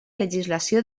legislació